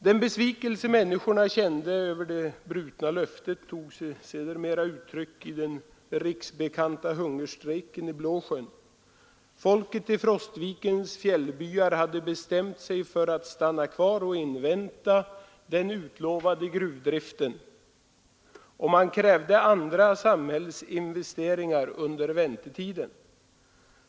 Den besvikelse människorna kände över det svikna löftet tog sig sedermera uttryck i den riksbekanta hungerstrejken i Stora Blåsjön. Folket i Frostvikens fjällbyar hade bestämt sig för att stanna kvar och invänta den utlovade gruvdriften, och man krävde andra samhällsinvesteringar under väntetiden.